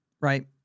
Right